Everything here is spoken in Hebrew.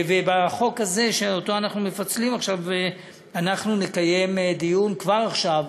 ובחוק הזה שאנחנו מפצלים עכשיו אנחנו נקיים דיון כבר עכשיו,